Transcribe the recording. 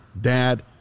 dad